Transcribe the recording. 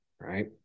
right